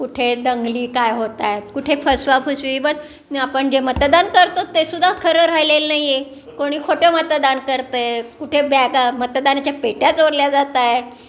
कुठे दंगली काय होत आहेत कुठे फसवाफसवी बरं आपण जे मतदान करतो ते सुद्धा खरं राहिलेलं नाही आहे कोणी खोटं मतदान करत आहे कुठे बॅगा मतदानाच्या पेट्या चोरल्या जात आहेत